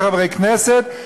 כחברי כנסת,